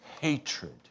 hatred